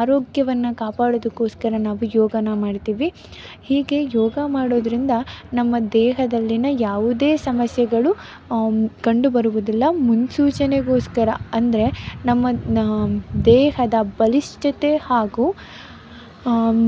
ಆರೋಗ್ಯವನ್ನು ಕಾಪಾಡೋದಕ್ಕೋಸ್ಕರ ನಾವು ಯೋಗಾನ ಮಾಡ್ತೀವಿ ಹೀಗೆ ಯೋಗ ಮಾಡೋದರಿಂದ ನಮ್ಮ ದೇಹದಲ್ಲಿನ ಯಾವುದೇ ಸಮಸ್ಯೆಗಳು ಕಂಡುಬರುವುದಿಲ್ಲ ಮುನ್ಸೂಚನೆಗೋಸ್ಕರ ಅಂದರೆ ನಮ್ಮ ದೇಹದ ಬಲಿಷ್ಠತೆ ಹಾಗೂ